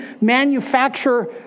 manufacture